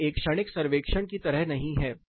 यह एक क्षणिक सर्वेक्षण की तरह नहीं है